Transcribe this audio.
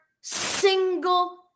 single